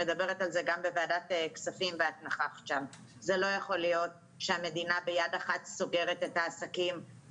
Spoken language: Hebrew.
אנחנו יודעים שיש שוני בנתונים